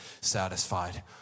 satisfied